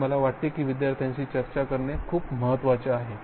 आणि मला वाटते की विद्यार्थ्यांशी चर्चा करणे हे खूप महत्वाचे आहे